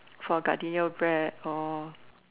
for Gardenia bread or